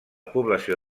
població